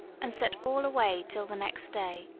and set all away till the next day,